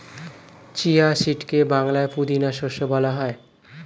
chia সিডকে বাংলায় পুদিনা শস্য বলা হয়